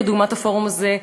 כדוגמת הפורום הזה,